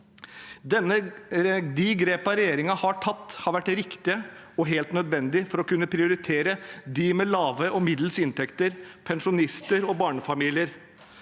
De grepene regjeringen har tatt, har vært riktige og helt nødvendige for å kunne prioritere dem med lave og middels inntekter, pensjonister og barnefamilier.